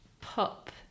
pop